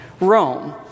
Rome